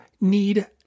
need